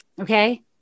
Okay